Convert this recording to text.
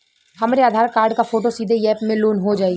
हमरे आधार कार्ड क फोटो सीधे यैप में लोनहो जाई?